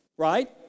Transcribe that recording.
Right